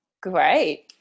great